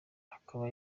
akaba